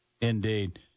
Indeed